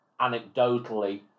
anecdotally